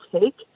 take